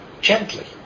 gently